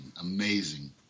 amazing